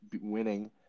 winning